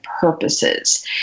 purposes